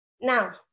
Now